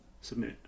submit